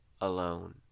alone